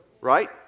right